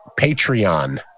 Patreon